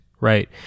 right